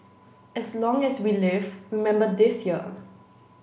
as long as we live remember this year